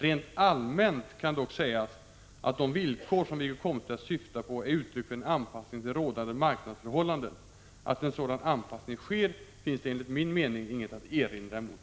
Rent allmänt kan dock sägas att de villkor som Wiggo Komstedt syftar på är uttryck för en anpassning till rådande marknadsförhållanden. Att en sådan anpassning sker finns det enligt min mening inget att erinra mot.